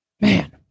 Man